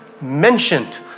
mentioned